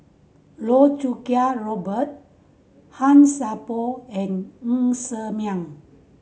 Loh Choo Kiat Robert Han Sai Por and Ng Ser Miang